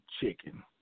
chicken